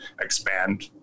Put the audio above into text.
expand